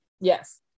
Yes